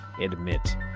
admit